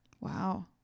Wow